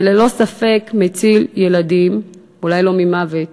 זה ללא ספק מציל ילדים, אולי לא ממוות